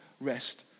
rest